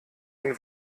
den